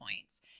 points